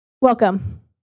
Welcome